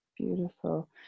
Beautiful